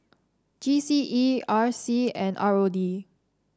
G C E R C and R O D